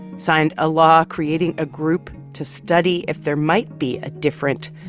signed a law creating a group to study if there might be a different,